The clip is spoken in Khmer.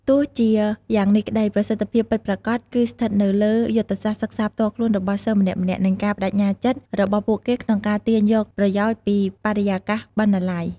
វាជារឿងសំខាន់ដែលសិស្សត្រូវកំណត់គោលដៅច្បាស់លាស់មុននឹងចូលបណ្ណាល័យ ដើម្បីឲ្យការចំណាយពេលរបស់ពួកគេមានផលិតភាព។